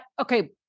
Okay